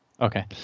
Okay